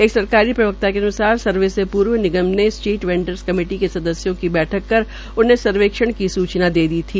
एक सरकारी प्रवक्ता के अन्सार सर्वेक्षण के अन्सार सर्वे से पूर्व निगम ने स्ट्रीट वैंडर्स कमेटी के सदस्यों की बैठक कर उन्हें सर्वेक्षण की सूचना दे दी थी